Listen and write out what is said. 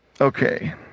Okay